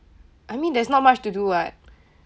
I mean there's not much to do [what]